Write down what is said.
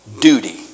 duty